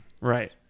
right